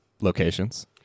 locations